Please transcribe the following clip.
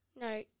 no